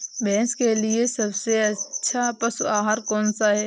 भैंस के लिए सबसे अच्छा पशु आहार कौन सा है?